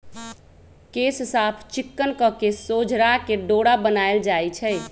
केश साफ़ चिक्कन कके सोझरा के डोरा बनाएल जाइ छइ